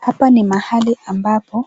Hapa ni mahali ambapo